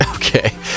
Okay